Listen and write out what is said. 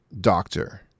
doctor